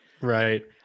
Right